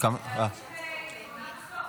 אני אתן לך לדבר.